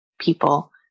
people